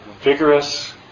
vigorous